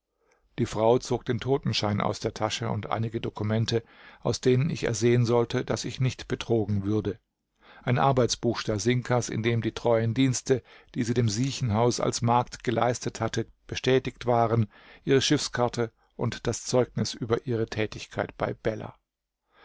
die frau zog den totenschein aus der tasche und einige dokumente aus denen ich ersehen sollte daß ich nicht betrogen würde ein arbeitsbuch stasinkas in dem die treuen dienste die sie dem siechenhaus als magd geleistet hatte bestätigt waren ihre schiffskarte und das zeugnis über ihre tätigkeit bei beller